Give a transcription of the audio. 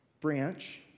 branch